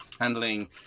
handling